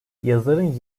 yazarın